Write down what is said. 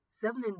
seven